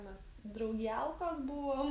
mes draugelkos buvom